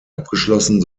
abgeschlossen